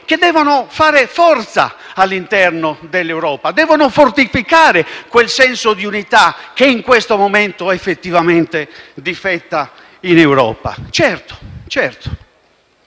che devono dare forza all'Europa, devono fortificare quel senso di unità che in questo momento realmente difetta in Europa. Certo, stiamo